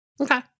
Okay